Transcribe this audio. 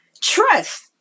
Trust